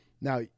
Now